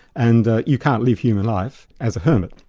and you can't live human life as a hermit.